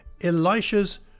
Elisha's